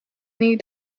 nii